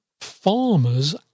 farmers